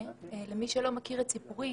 למי שלא מכיר את סיפורי,